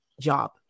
job